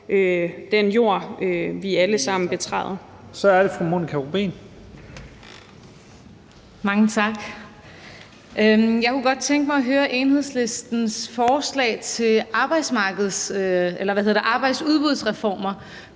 er det fru Monika Rubin. Kl. 17:29 Monika Rubin (M): Mange tak. Jeg kunne godt tænke mig at høre Enhedslistens forslag til arbejdsudbudsreformer.